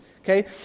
okay